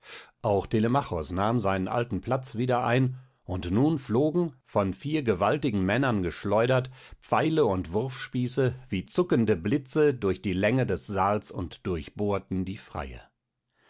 auch telemachos nahm seinen alten platz wieder ein und nun flogen von vier gewaltigen männern geschleudert pfeile und wurfspieße wie zuckende blitze durch die länge des saals und durchbohrten die freier